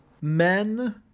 men